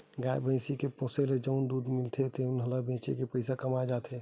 गाय, भइसी के पोसे ले जउन दूद मिलथे तउन ल बेच के पइसा कमाए जाथे